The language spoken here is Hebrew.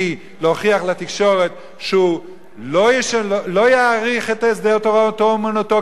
להוכיח לתקשורת שהוא לא יאריך את הסדר "תורתו אומנותו",